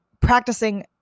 practicing